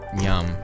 Yum